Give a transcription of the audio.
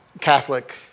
Catholic